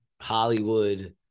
Hollywood